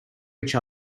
each